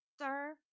sir